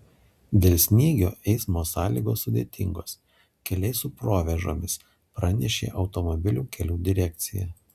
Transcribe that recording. dėl snygio eismo sąlygos sudėtingos keliai su provėžomis pranešė automobilių kelių direkcija